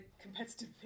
competitive